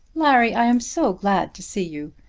larry, i am so glad to see you.